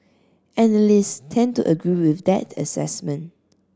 analysts tend to agree with that assessment